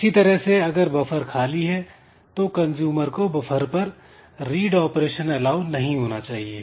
इसी तरह से अगर बफर खाली है तो कंजूमर को बफर पर रीड ऑपरेशन एलाऊ नहीं होना चाहिए